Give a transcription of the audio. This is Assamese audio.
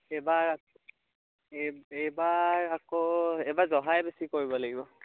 এইবাৰ এইবাৰ আকৌ এইবাৰ জহাই বেছি কৰিব লাগিব